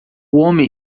homem